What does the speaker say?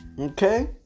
Okay